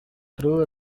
through